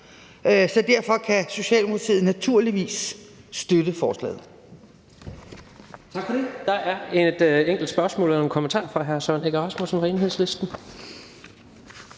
Så derfor kan Socialdemokratiet naturligvis støtte forslaget.